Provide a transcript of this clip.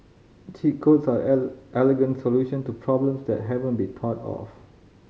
cheat codes are elegant solution to problems that haven't been thought of